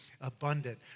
abundant